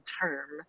term